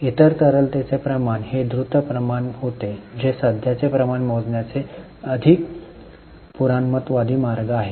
इतर तरलतेचे प्रमाण द्रुत प्रमाण होते जे सध्याचे प्रमाण मोजण्याचे अधिक पुराणमतवादी मार्ग आहे